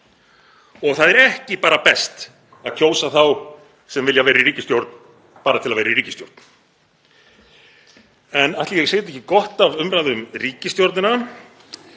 og það er ekki bara best að kjósa þá sem vilja vera í ríkisstjórn, bara til að vera í ríkisstjórn. En ætli ég segi þetta ekki gott af umræðu um ríkisstjórnina.